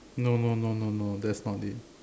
no no no no no that's not it